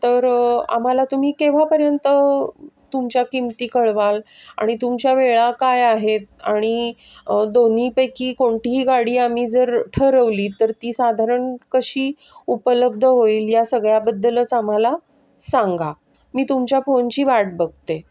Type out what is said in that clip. तर आम्हाला तुम्ही केव्हापर्यंत तुमच्या किमती कळवाल आणि तुमच्या वेळा काय आहेत आणि दोन्हीपैकी कोणतीही गाडी आम्ही जर ठरवली तर ती साधारण कशी उपलब्ध होईल या सगळ्याबद्दलच आम्हाला सांगा मी तुमच्या फोनची वाट बघते